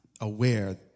aware